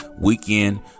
weekend